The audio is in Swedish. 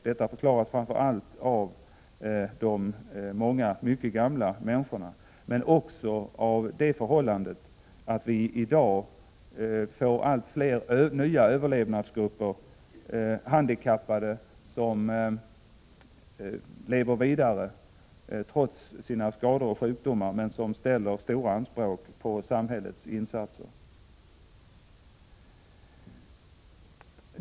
Detta förklaras framför allt av den stora gruppen mycket gamla människor, men också av det förhållandet att vi i dag får allt fler nya överlevnadsgrupper — handikappade som trots sina skador och sjukdomar lever vidare, men som ställer stora anspråk på samhällets insatser.